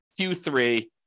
Q3